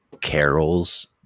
Carol's